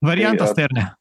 variantas tai ar ne